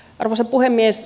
arvoisa puhemies